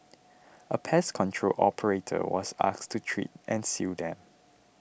a pest control operator was asked to treat and seal them